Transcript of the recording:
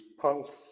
pulse